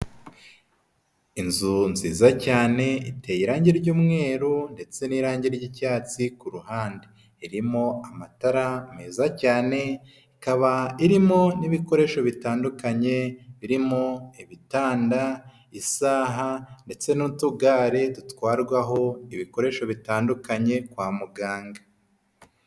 Inzu nziza cyane iteye irange ry'umweru ndetse n'irange ry'icyatsi ku ruhande, irimo amatara meza cyane ikaba irimo n'ibikoresho bitandukanye birimo ibitanda, isaha ndetse n'utugare dutwarwaho ibikoresho bitandukanye kwa muganga.